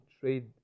trade